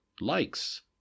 likes